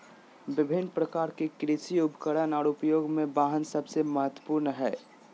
विभिन्न प्रकार के कृषि उपकरण और उपयोग में वाहन सबसे महत्वपूर्ण हइ